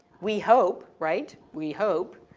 we hope, right? we hope.